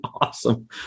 awesome